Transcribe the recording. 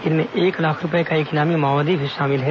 इनमें एक लाख रूपये का एक इनामी माओवादी भी शामिल है